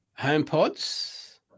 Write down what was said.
HomePods